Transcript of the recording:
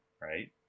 Right